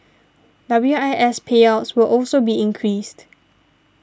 W I S payouts will also be increased